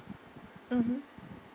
mmhmm